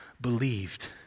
believed